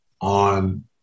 on